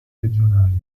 regionali